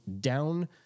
down